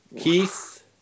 Keith